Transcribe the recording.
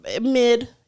Mid